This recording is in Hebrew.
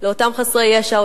אותם חסרי ישע,